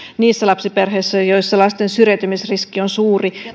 niissä lapsiperheissä joissa lasten syrjäytymisriski on suuri